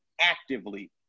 actively